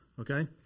okay